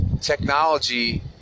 technology